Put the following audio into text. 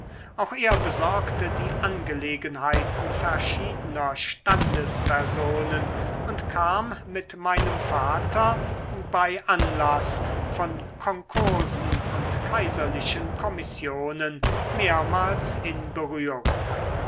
auch er besorgte die angelegenheiten verschiedener standespersonen und kam mit meinem vater bei anlaß von konkursen und kaiserlichen kommissionen mehrmals in berührung